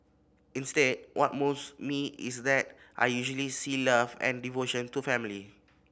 instead what moves me is that I usually see love and devotion to family